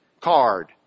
card